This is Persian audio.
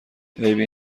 عیبی